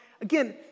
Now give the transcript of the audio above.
again